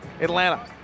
Atlanta